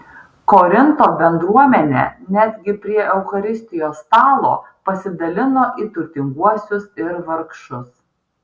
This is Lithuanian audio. korinto bendruomenė netgi prie eucharistijos stalo pasidalino į turtinguosius ir vargšus